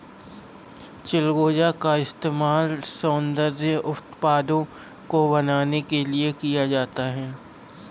चिलगोजा का इस्तेमाल सौन्दर्य उत्पादों को बनाने के लिए भी किया जाता है